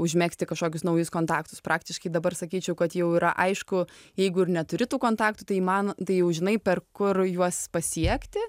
užmegzti kažkokius naujus kontaktus praktiškai dabar sakyčiau kad jau yra aišku jeigu ir neturi tų kontaktų tai man tai jau žinai per kur juos pasiekti